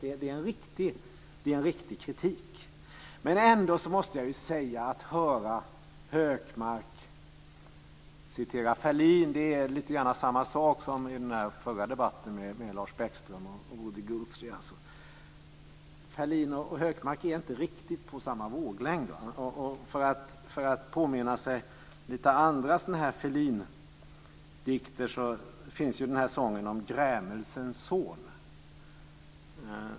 Det är en riktig kritik. Att höra Hökmark citera Ferlin är lite grann som den förra debatten med Lars Bäckström. Ferlin och Hökmark är inte riktigt på samma våglängd. För att påminna sig lite grann om Ferlindikter finns sången om grämelsens son.